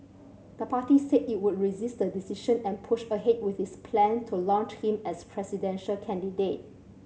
the party said it would resist the decision and push ahead with its plan to launch him as presidential candidate